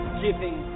giving